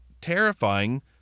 terrifying